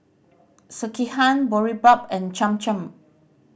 Sekihan Boribap and Cham Cham